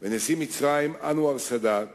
ונשיא מצרים אנואר סאדאת